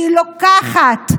שהיא לוקחת,